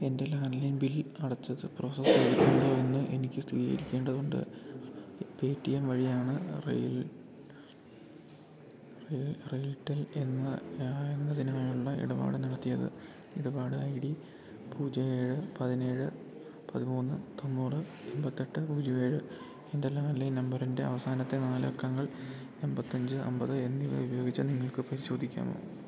എൻ്റെ landline bill അടച്ചത് process ചെയ്തിട്ടുണ്ടോ എന്ന് എനിക്ക് സ്ഥിരീകരിക്കേണ്ടതുണ്ട് പേടിഎം വഴിയാണ് റെയിൽടെൽ എന്ന എന്നതിനായുള്ള ഇടപാട് നടത്തിയത് ഇടപാട് ഐ ഡി പൂജ്യം ഏഴ് പതിനേഴ് പതിമൂന്ന് തൊണ്ണൂറ് എണ്പത്തിയെട്ട് പൂജ്യം ഏഴ് എൻ്റെ ലാൻഡ് ലൈൻ നമ്പറിൻ്റെ അവസാനത്തെ നാല് അക്കങ്ങൾ എണ്പത്തിയഞ്ച് അന്പത് എന്നിവ ഉപയോഗിച്ച് നിങ്ങൾക്കു പരിശോധിക്കാമോ